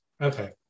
Okay